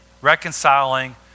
reconciling